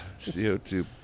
CO2